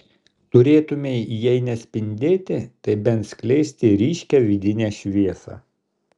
turėtumei jei ne spindėti tai bent skleisti ryškią vidinę šviesą